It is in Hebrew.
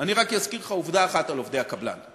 אני רק אזכיר לך עובדה אחת על עובדי הקבלן: